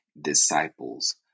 disciples